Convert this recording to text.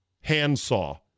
handsaw